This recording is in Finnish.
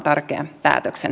solmia avioliitto